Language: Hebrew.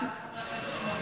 גאה בחבר הכנסת שמולי.